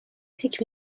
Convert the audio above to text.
تیک